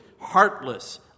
heartless